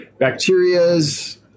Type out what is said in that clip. Bacterias